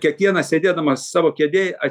kiekvienas sėdėdamas savo kėdėj